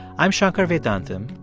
i'm shankar vedantam,